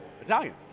italian